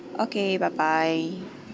okay bye bye